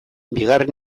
bigarren